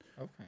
Okay